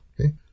Okay